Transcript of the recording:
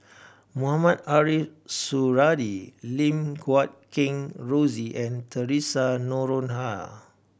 Mohamed Ariff Suradi Lim Guat Kheng Rosie and Theresa Noronha